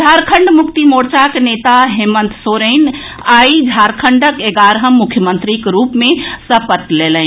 झारखंड मुक्ति मोर्चाक नेता हेमन्त सोरेन आई झारखण्डक एगारहम मुख्यमंत्रीक रूप मे सपत लेलनि